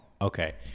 Okay